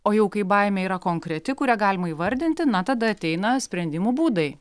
o jau kai baimė yra konkreti kurią galima įvardinti na tada ateina sprendimų būdai